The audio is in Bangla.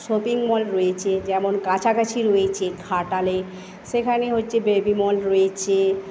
শপিং মল রয়েছে যেমন কাছাকাছি রয়েছে ঘাটালে সেখানে হচ্ছে বেবি মল রয়েছে